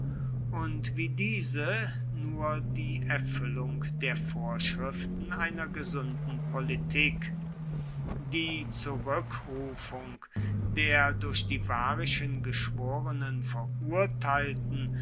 und wie diese nur die erfüllung der vorschriften einer gesunden politik die zurückrufung der durch die varischen geschworenen verurteilten